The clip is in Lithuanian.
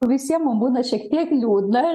visiem mum būna šiek tiek liūdna